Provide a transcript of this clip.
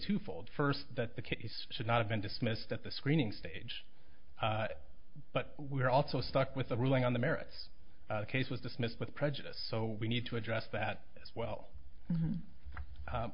twofold first that the case should not have been dismissed at the screening stage but we are also stuck with a ruling on the merits case was dismissed with prejudice so we need to address that as well